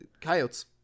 Coyotes